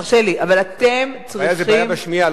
הבעיה היא בעיה בשמיעה,